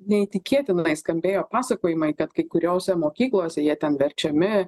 neįtikėtinai skambėjo pasakojimai kad kai kuriose mokyklose jie ten verčiami